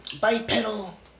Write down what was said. bipedal